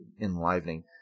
enlivening